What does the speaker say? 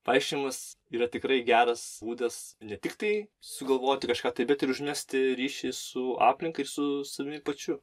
vaikščiojimas yra tikrai geras būdas ne tiktai sugalvoti kažką tai bet ir užmegzti ryšį su aplinka ir su savimi pačiu